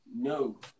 no